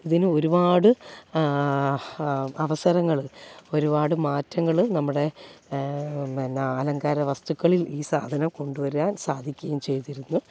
ഇതിനു ഒരുപാട് അവസരങ്ങൾ ഒരുപാട് മാറ്റങ്ങൾ നമ്മുടെ അലങ്കാര വസ്തുക്കളിൽ ഈ സാധനം കൊണ്ടുവരുവാൻ സാധിക്കയും ചെയ്തിരുന്നു